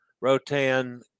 Rotan